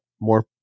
more